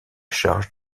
charge